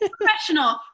professional